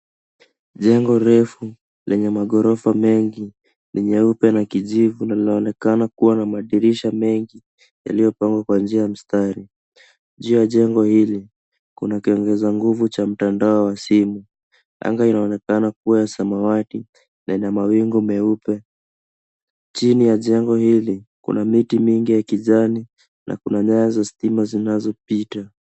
Jengo refu lenye maghorofa meupe mengi ni nyeupe na kijivu na linaonekana kuwa na madirisha mengi yaliyopangwa kwa njia ya mstari. Juu ya jengo hili kuna kiangaza nguvu cha mtandao wa simu. Anga inaonekana kuwa ya samawati na ina mawingu meupe. Chini ya jengo hili kuna miti mingi ya kijani na kuna nyaya za stima zinazopita.